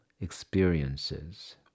experiences